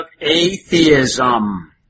atheism